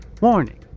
warning